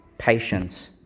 patience